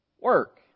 work